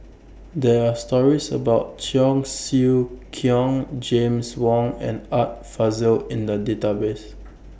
There Are stories about Cheong Siew Keong James Wong and Art Fazil in The Database